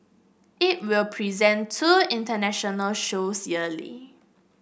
it will present two international shows yearly